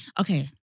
Okay